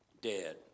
dead